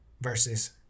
Versus